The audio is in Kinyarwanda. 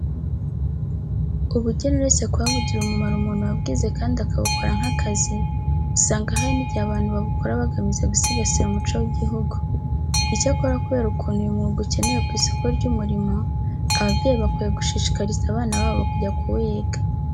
Ubugeni uretse kuba bugirira umumaro umuntu wabwize kandi akabukora nk'akazi, usanga hari n'igihe abantu babukora bagamize gusigasira umuco w'igihugu. Icyakora kubera ukuntu uyu mwuga ukenewe ku isoko ry'umurimo, ababyeyi bakwiye gushishikariza abana babo kujya kuwiga.